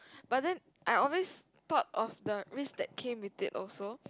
but then I always thought of the risk that came with it also